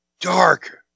dark